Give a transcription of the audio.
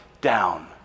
down